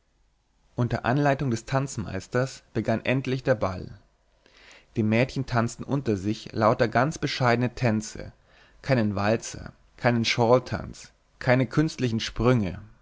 unter anleitung des tanzmeisters begann endlich der ball die mädchen tanzten unter sich lauter ganz bescheidenen tänze keinen walzer keinen shawltanz keine künstlichen sprünge